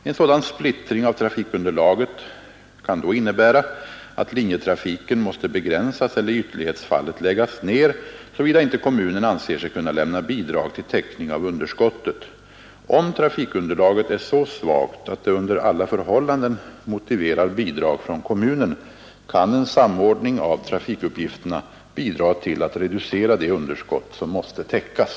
En sådan splittring av trafikunderlaget kan då innebära att linjetrafiken måste begränsas eller i ytterlighetsfallet läggas ner, såvida inte kommunen anser sig kunna lämna bidrag till täckning av underskottet. Om trafikunderlaget är så svagt, att det under alla förhållanden motiverar bidrag från kommunen, kan en samordning av trafikuppgifterna bidra till att reducera det underskott som måste täckas.